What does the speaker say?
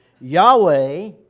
Yahweh